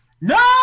no